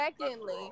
Secondly